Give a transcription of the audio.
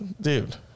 Dude